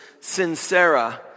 sincera